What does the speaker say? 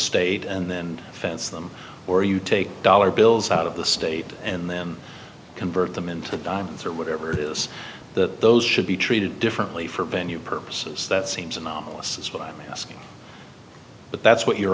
state and then fence them or you take dollar bills out of the state and then convert them into diamonds or whatever it is that those should be treated differently for venue purposes that seems anomalous is what i'm asking but that's what you're